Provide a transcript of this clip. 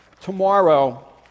Tomorrow